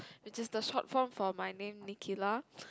which is the short form for my name Nickila